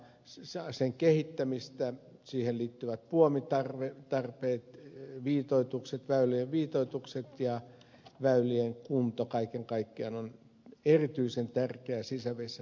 sen kehittäminen siihen liittyvät puomitarpeet väylien viitoitukset ja väylien kunto kaiken kaikkiaan ovat erityisen tärkeitä sisävesialueella